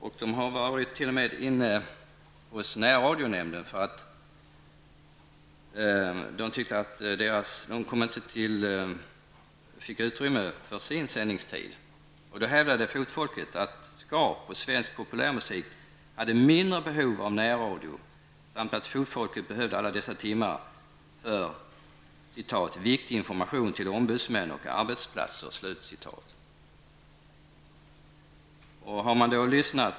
Man har klagat hos närradionämnden därför att man inte anser sig ha fått tillräcklig sändningstid. Fotfolket hävdade att Skap och svensk populärmusik hade mindre behov av närradio samt att Fotfolket behövde alla timmar för ''viktig information till ombudsmän och arbetsplatser''.